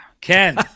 Ken